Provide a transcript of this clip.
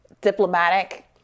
diplomatic